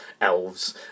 elves